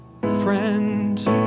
friend